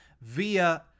via